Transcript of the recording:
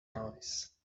noise